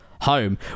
home